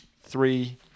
three